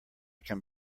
can